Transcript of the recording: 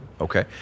Okay